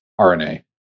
RNA